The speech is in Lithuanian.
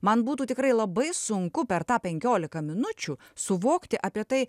man būtų tikrai labai sunku per tą penkiolika minučių suvokti apie tai